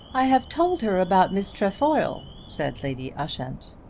i have told her about miss trefoil, said lady ushant.